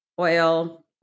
Oil